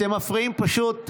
אתם פשוט מפריעים לדוברת.